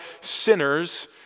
sinners